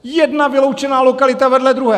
Jedna vyloučená lokalita vedle druhé!